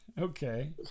Okay